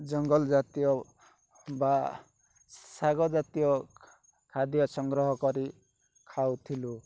ଜଙ୍ଗଲଜାତୀୟ ବା ଶାଗଜାତୀୟ ଖାଦ୍ୟ ସଂଗ୍ରହ କରି ଖାଉଥିଲୁ